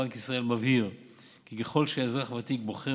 בנק ישראל מבהיר כי ככל שאזרח ותיק בוחר